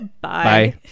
Bye